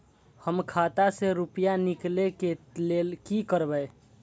हम खाता से रुपया निकले के लेल की करबे?